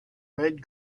red